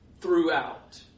throughout